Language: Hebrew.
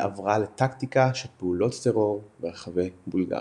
עברה לטקטיקה של פעולות טרור ברחבי בולגריה.